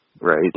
right